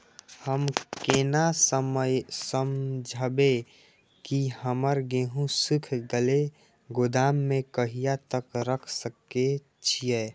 हम केना समझबे की हमर गेहूं सुख गले गोदाम में कहिया तक रख सके छिये?